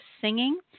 singing